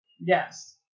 Yes